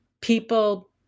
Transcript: people